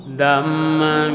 Dhamma